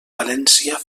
valència